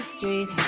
Street